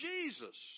Jesus